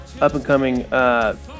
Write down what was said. up-and-coming